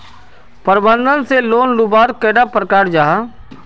प्रबंधन से लोन लुबार कैडा प्रकारेर जाहा?